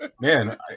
man